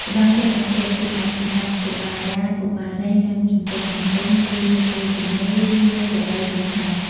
ល្បែងលោតអន្ទាក់ ជាល្បែងសម្រាប់កុមារាកុមារីនិងជំទង់ៗលេងនៅពេលទំនេរ ឬនៅរដូវចូលឆ្នាំ។